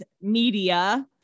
media